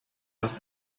das